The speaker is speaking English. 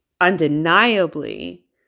undeniably